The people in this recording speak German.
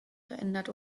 verändert